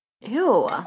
Ew